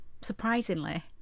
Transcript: surprisingly